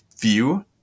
view